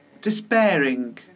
despairing